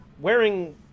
wearing